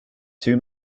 two